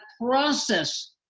process